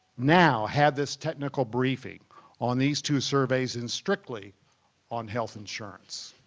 now have this technical briefing on these two surveys and strictly on health insurance?